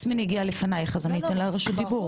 יסמין הגיעה ראשונה, אז אתן לה את רשות הדיבור.